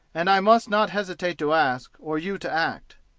and i must not hesitate to ask, or you to act.